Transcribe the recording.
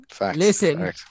Listen